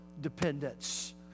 dependence